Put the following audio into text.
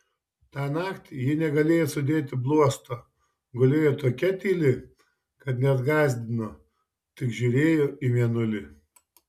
tą naktį ji negalėjo sudėti bluosto gulėjo tokia tyli kad net gąsdino tik žiūrėjo į mėnulį